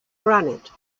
granite